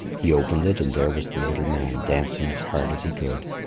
he opened it, and there was the little man dancing as hard as he could.